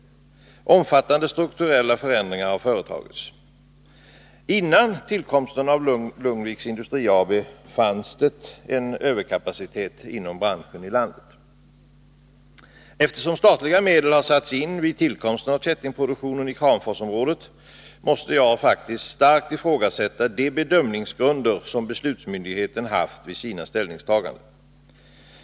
Omfattande strukturella förändringar har företagits. Redan före tillkomsten av Lugnviks Industri AB fanns det i landet en överkapacitet inom branschen. Eftersom statliga medel har satts in vid tillkomsten av kättingproduktionen i Kramforsområdet, måste jag starkt ifrågasätta de bedömningsgrunder som beslutsmyndigheten haft vid sina ställningstaganden.